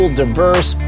diverse